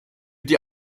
die